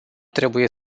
trebuie